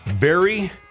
Barry